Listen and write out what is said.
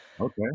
okay